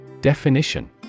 Definition